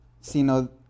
sino